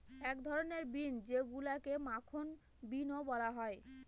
এক ধরনের বিন যেইগুলাকে মাখন বিনও বলা হয়